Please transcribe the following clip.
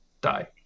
die